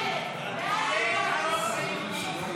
6,